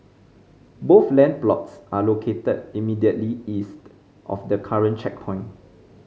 both land plots are located immediately east of the current checkpoint